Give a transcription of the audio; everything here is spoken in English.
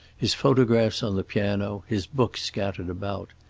his photographs on the piano, his books scattered about.